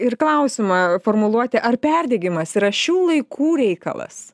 ir klausimą formuluoti ar perdegimas yra šių laikų reikalas